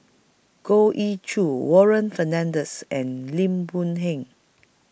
Goh Ee Choo Warren Fernandez and Lim Boon Heng